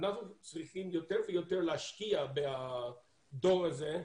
אנחנו צריכים יותר ויותר להשקיע בדור הזה,